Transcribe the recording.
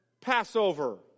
Passover